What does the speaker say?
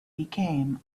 became